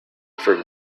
for